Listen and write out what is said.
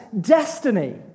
destiny